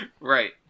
right